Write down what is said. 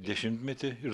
dešimtmetį ir